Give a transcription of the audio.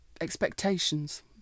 expectations